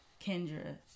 Kendra